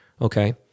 Okay